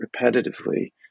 repetitively